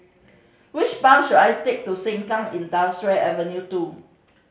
which bus should I take to Sengkang Industrial Avenue Two